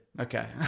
Okay